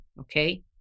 okay